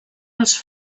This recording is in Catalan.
els